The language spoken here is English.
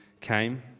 came